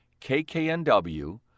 KKNW